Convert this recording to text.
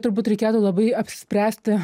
turbūt reikėtų labai apsispręsti